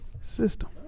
System